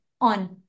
on